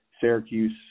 Syracuse